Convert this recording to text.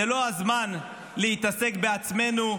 זה לא הזמן להתעסק בעצמנו,